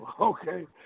okay